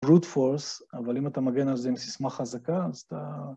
root force, אבל אם אתה מגן על זה עם סיסמה חזקה אז אתה...